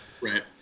Right